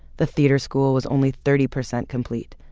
the theater school was only thirty percent complete.